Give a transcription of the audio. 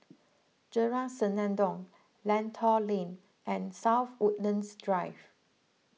Jalan Senandong Lentor Lane and South Woodlands Drive